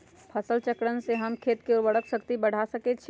फसल चक्रण से हम खेत के उर्वरक शक्ति बढ़ा सकैछि?